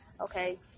Okay